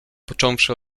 począwszy